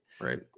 Right